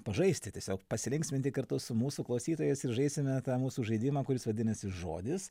pažaisti tiesiog pasilinksminti kartu su mūsų klausytojais ir žaisime tą mūsų žaidimą kuris vadinasi žodis